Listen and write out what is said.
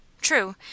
True